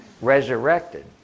resurrected